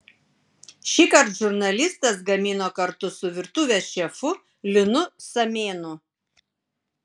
šįkart žurnalistas gamino kartu su virtuvės šefu linu samėnu